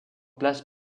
places